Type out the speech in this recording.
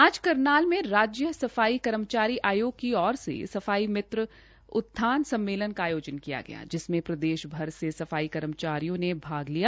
आज करनाल में राज्य सफाई कर्मचारी आयोग की ओर से सफाई मित्र उत्थान सम्मेलन का आयोजन किया गया जिसमें प्रदेश भर से सफाई कर्मचारियों ने भाग लिया